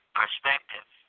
perspective